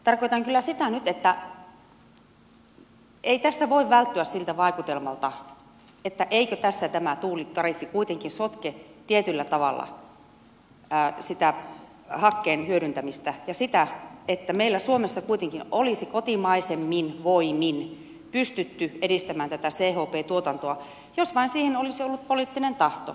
tarkoitan kyllä sitä nyt että ei tässä voi välttyä siltä vaikutelmalta että eikö tässä tämä tuulitariffi kuitenkin sotke tietyllä tavalla sitä hakkeen hyödyntämistä ja sitä että meillä suomessa kuitenkin olisi kotimaisemmin voimin pystytty edistämään tätä chp tuotantoa jos vain siihen olisi ollut poliittinen tahto